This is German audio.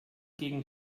gegen